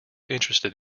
interested